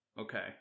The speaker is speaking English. Okay